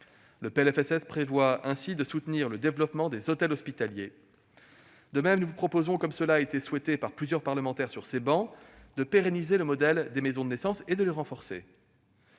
Ce PLFSS prévoit ainsi de soutenir le développement des hôtels hospitaliers. De même, nous vous proposons, comme cela a été souhaité par plusieurs parlementaires sur ces travées, de pérenniser le modèle des maisons de naissance et de les renforcer.